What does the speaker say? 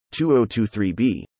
2023b